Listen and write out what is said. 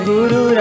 Guru